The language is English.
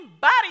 body